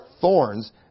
thorns